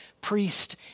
priest